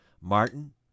Martin